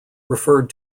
referred